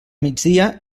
migdia